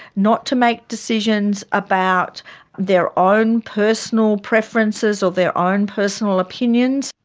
not to make decisions about their own personal preferences or their own personal opinions.